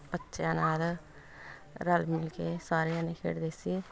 ਬੱਚਿਆਂ ਨਾਲ ਰਲ ਮਿਲ ਕੇ ਸਾਰੇ ਜਾਣੇ ਖੇਡਦੇ ਸੀ